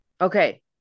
Okay